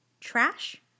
Trash